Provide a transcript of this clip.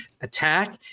attack